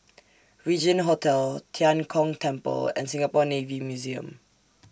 Regin Hotel Tian Kong Temple and Singapore Navy Museum